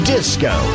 Disco